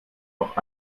auch